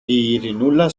ειρηνούλα